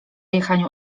jechaniu